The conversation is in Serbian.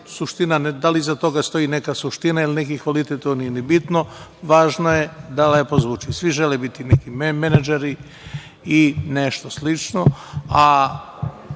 zvuče, a da li iza toga stoji neka suština ili neki kvalitet, to nije ni bitno, važno je da lepo zvuči. Svi žele biti neki menadžeri i nešto slično,